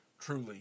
truly